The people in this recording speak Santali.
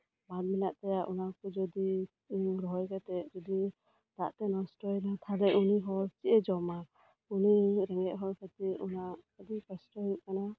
ᱵᱟᱸᱫᱽ ᱢᱮᱱᱟᱜ ᱛᱟᱭᱟ ᱡᱩᱫᱤ ᱫᱟᱜ ᱛᱮ ᱱᱚᱥᱴᱚᱭᱮᱱᱟ ᱛᱟᱞᱦᱮ ᱠᱷᱟᱱ ᱩᱱᱤ ᱦᱚᱲ ᱪᱮᱫ ᱮᱭ ᱡᱚᱢᱟ ᱩᱱᱤ ᱨᱮᱸᱜᱮᱡ ᱦᱚᱲᱟ ᱠᱷᱟᱹᱛᱤᱨ ᱚᱱᱟ ᱟᱹᱰᱤ ᱠᱚᱥᱴᱚ ᱦᱩᱭᱩᱜ ᱠᱟᱱᱟ